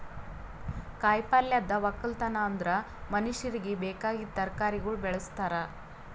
ಕಾಯಿ ಪಲ್ಯದ್ ಒಕ್ಕಲತನ ಅಂದುರ್ ಮನುಷ್ಯರಿಗಿ ಬೇಕಾಗಿದ್ ತರಕಾರಿಗೊಳ್ ಬೆಳುಸ್ತಾರ್